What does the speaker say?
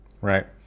Right